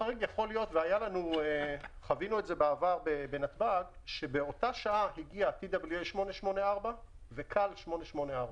חווינו מקרה בנתב"ג שבאותה שעה הגיע TWA884 ו-KAL884,